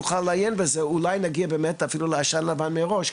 שנוכל לעיין בזה ואולי נוכל להגיע באמת אפילו לעשן לבן מראש.